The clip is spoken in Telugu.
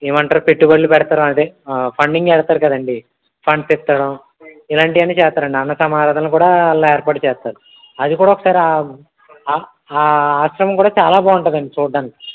ఏమంటారు పెట్టుబడులు పెడతారు అదే ఫండింగ్ పెడతారు కదండి ఫండ్స్ ఇవ్వడం ఇలాంటివి అన్నీ చేస్తారండి అన్నసమారాధనలు కూడా వాళ్ళు ఏర్పాటు చేస్తారు అదికూడా ఒకసారి ఆ ఆ ఆశ్రమం కూడా చాలా బాగుటుందండి చూడడానికి